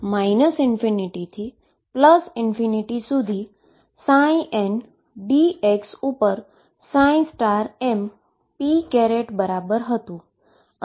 જે ∞ થી ∞ સુધી ndx ઉપર mp બરાબર હતું અને p જે ઉપર ઓપરેટ થાય છે